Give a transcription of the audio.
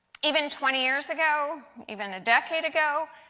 even twenty years ago, even a decade ago,